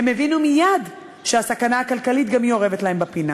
הם הבינו מייד שהסכנה הכלכלית גם היא אורבת להם בפינה.